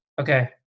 Okay